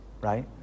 right